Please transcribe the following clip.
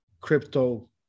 crypto